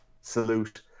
salute